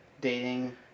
dating